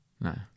No